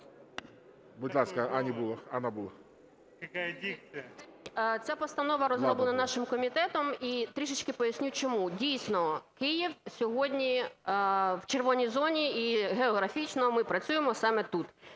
Будь ласка, Анна Булах.